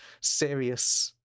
serious